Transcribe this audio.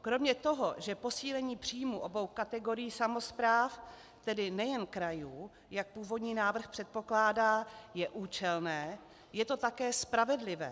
Kromě toho, že posílení příjmů obou kategorií samospráv, tedy nejen krajů, jak původní návrh předpokládá, je účelné, je to také spravedlivé.